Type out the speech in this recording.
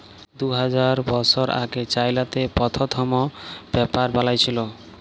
দু হাজার বসর আগে চাইলাতে পথ্থম পেপার বালাঁই ছিল